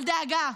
אל דאגה,